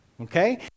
Okay